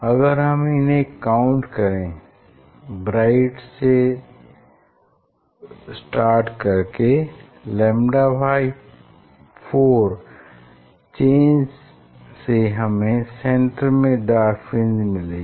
अगर हम इन्हें काउंट करें ब्राइट से स्टार्ट करके λ4 चेंज से हमें सेन्टर में डार्क फ्रिंज मिलेगी